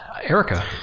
Erica